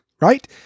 right